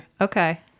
Okay